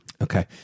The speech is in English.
Okay